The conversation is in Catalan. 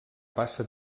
passa